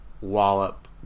wallop